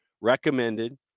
Recommended